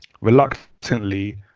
Reluctantly